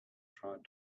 tried